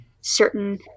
certain